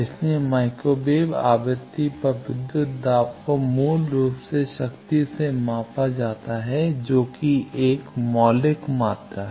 इसलिए microwave आवृत्ति पर विद्युत दाब को मूल रूप से शक्ति से मापा जाता है जो एक मौलिक मात्रा है